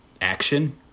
action